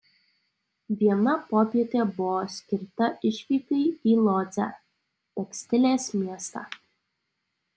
viena popietė buvo skirta išvykai į lodzę tekstilės miestą